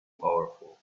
powerful